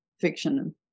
fiction